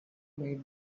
made